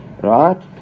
Right